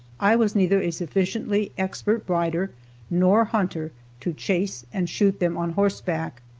i was neither a sufficiently expert rider nor hunter to chase and shoot them on horseback.